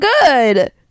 good